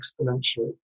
exponentially